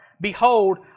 Behold